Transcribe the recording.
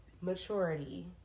maturity